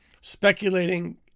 Speculating